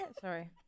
Sorry